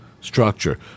structure